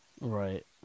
Right